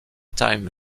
time